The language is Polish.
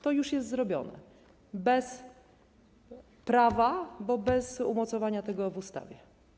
To już jest zrobione bezprawnie, bo bez umocowania tego w ustawie.